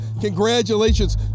Congratulations